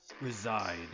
reside